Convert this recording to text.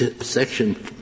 section